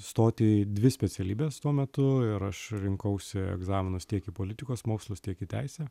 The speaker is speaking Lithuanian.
stoti į dvi specialybes tuo metu ir aš rinkausi egzaminus tiek į politikos mokslus tiek į teisę